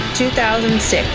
2006